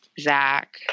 Zach